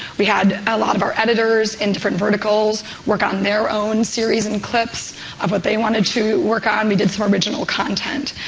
we had a lot of our editors in different verticals work on their own series and clips of what they wanted to work on. we did some original content.